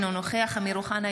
אינו נוכח אמיר אוחנה,